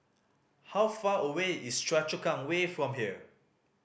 how far away is Choa Chu Kang Way from here